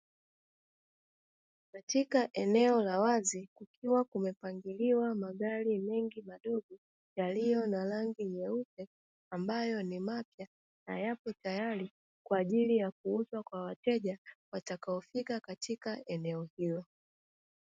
Katika eneo la wazi kukiwa kumepangiliwa magari mengi madogo yaliyo na rangi nyeupe, ambayo ni mapya ambayo yapo tayari kwajili ya kuuzwa kwa wateja watakaofika katika eneo hilo.